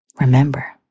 Remember